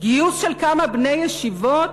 גיוס של כמה בני ישיבות,